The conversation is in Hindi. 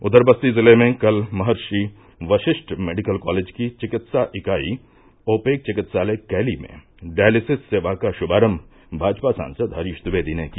उघर बस्ती जिले में कल महर्षि वशिष्ठ मेडिकल कालेज की चिकित्सा इकाई ओपेक चिकित्सालय कैली में डायलिसिस सेवा का रुणारंभ भाजपा सांसद हरीश द्विवेदी ने किया